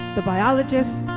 the biologists,